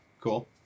cool